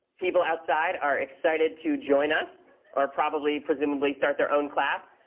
people outside are excited to join us or probably, presumably, start their own class.